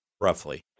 roughly